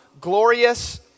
glorious